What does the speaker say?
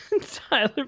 Tyler